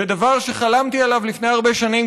שדבר שחלמתי עליו לפני הרבה שנים,